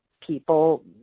people